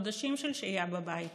מחודשים של שהייה בבית